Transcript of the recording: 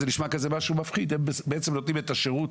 זה נשמע משהו מפחיד אבל הן בעצם נותנות את השירות